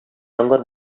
яңгыр